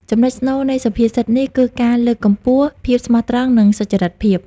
ចំណុចស្នូលនៃសុភាសិតនេះ គឺការលើកកម្ពស់ ភាពស្មោះត្រង់ និង សុច្ចរិតភាព។